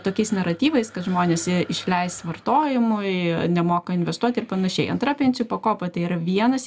tokiais naratyvais kad žmonės išleis vartojimui nemoka investuot ir panašiai antra pensijų pakopa tai yra vienas